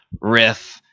riff